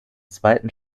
zweiten